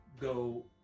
go